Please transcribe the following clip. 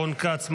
רון כץ,